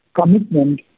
commitment